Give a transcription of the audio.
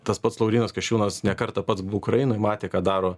tas pats laurynas kasčiūnas ne kartą pats buvo ukrainoj matė ką daro